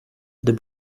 the